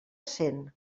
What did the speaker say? cent